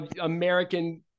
American